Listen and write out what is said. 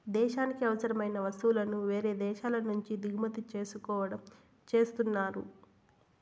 దేశానికి అవసరమైన వస్తువులను వేరే దేశాల నుంచి దిగుమతి చేసుకోవడం చేస్తున్నారు